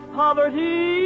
poverty